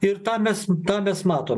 ir tą mes tą mes matom